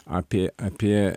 apie apie